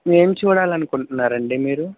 ఏం చూడాలనుకుంటున్నారండి మీరు